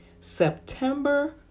September